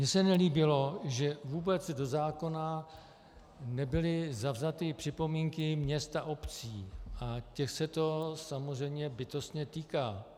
Mně se nelíbilo, že vůbec do zákona nebyly vzaty připomínky měst a obcí, a těch se to samozřejmě bytostně týká.